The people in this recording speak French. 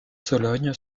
sologne